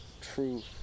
truth